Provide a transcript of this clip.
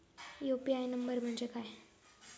UPI number म्हणजे काय?